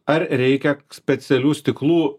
ar reikia specialių stiklų